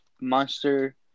Monster